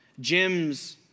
Gyms